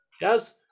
Yes